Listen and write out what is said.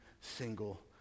single